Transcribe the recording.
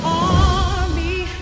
army